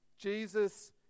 Jesus